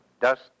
dust